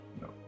No